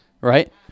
right